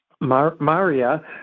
Maria